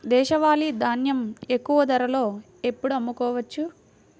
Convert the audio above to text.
దేశవాలి ధాన్యం ఎక్కువ ధరలో ఎప్పుడు అమ్ముకోవచ్చు?